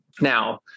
Now